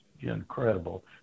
incredible